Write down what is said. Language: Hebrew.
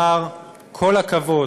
לומר: כל הכבוד